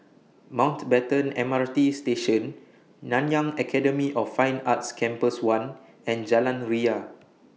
Mountbatten M R T Station Nanyang Academy of Fine Arts Campus one and Jalan Ria